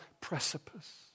precipice